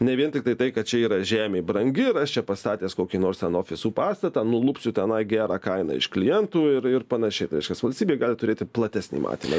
ne vien tiktai tai kad čia yra žemė brangi ir aš čia pastatęs kokį nors ten ofisų pastatą nulupsiu tenai gerą kainą iš klientų ir ir panašiai tai reikšias valstybė gali turėti platesnį matymą